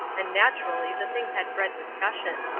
and naturally the thing had bred discussion.